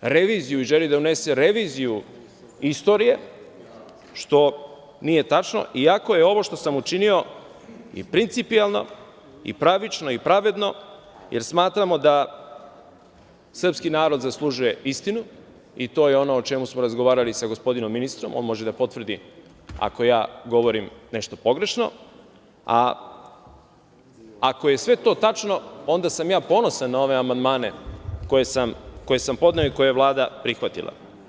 reviziju i želi da unese reviziju istorije, što nije tačno, iako je ovo što sam učinio i principijelno i pravično i pravedno, jer smatramo da srpski narod zaslužuje istinu i to je ono o čemu smo razgovarali sa gospodinom ministrom, on može da potvrdi ako ja govorim nešto pogrešno, a ako je sve to tačno, onda sam ja ponosan na ove amandmane koje sam podneo i koje je Vlada prihvatila.